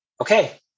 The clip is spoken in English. Okay